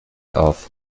auf